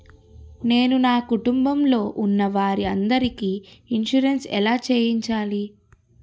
నేను నా కుటుంబం లొ ఉన్న వారి అందరికి ఇన్సురెన్స్ ఎలా చేయించాలి?